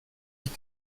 ich